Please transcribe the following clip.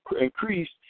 increased